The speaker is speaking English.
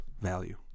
value